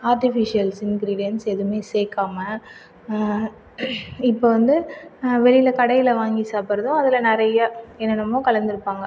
artificial ingredients எதுவுமே சேர்க்காம இப்போ வந்து வெளியில் கடையில் வாங்கி சாப்பிடுறதோ அதில் நிறைய என்னெனமோ கலந்து இருப்பாங்க